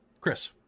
chris